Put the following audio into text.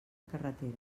carretera